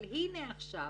אבל הנה עכשיו